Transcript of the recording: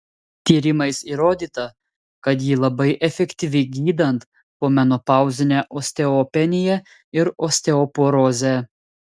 tyrimais įrodyta kad ji labai efektyvi gydant pomenopauzinę osteopeniją ir osteoporozę